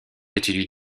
étudie